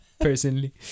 personally